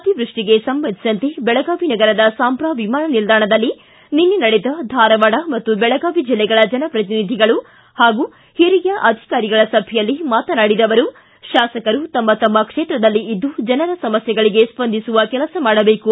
ಅತಿವೃಷ್ಟಿಗೆ ಸಂಬಂಧಿಸಿದಂತೆ ಬೆಳಗಾವಿ ನಗರದ ಸಾಂಬ್ರಾ ವಿಮಾನ ನಿಲ್ದಾಣದಲ್ಲಿ ನಿನ್ನೆ ನಡೆದ ಧಾರವಾಡ ಮತ್ತು ಬೆಳಗಾವಿ ಜಿಲ್ಲೆಗಳ ಜನಪ್ರತಿನಿಧಿಗಳು ಹಾಗೂ ಹಿರಿಯ ಅಧಿಕಾರಿಗಳ ಸಭೆಯಲ್ಲಿ ಮಾತನಾಡಿದ ಅವರು ತಾಸಕರು ತಮ್ಮ ತಮ್ನ ಕ್ಷೇತ್ರದಲ್ಲಿ ಇದ್ದು ಜನರ ಸಮಸ್ಥೆಗಳಿಗೆ ಸ್ವಂದಿಸುವ ಕೆಲಸ ಮಾಡಬೇಕು